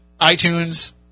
iTunes